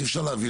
אי אפשר,